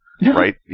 Right